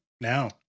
now